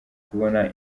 kubona